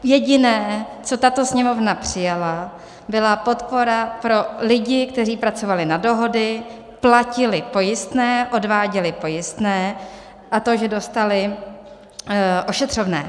Jediné, co tato Sněmovna přijala, byla podpora pro lidi, kteří pracovali na dohody, platili pojistné, odváděli pojistné, a tak dostali ošetřovné.